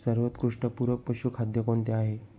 सर्वोत्कृष्ट पूरक पशुखाद्य कोणते आहे?